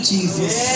Jesus